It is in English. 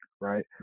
right